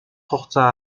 хугацаа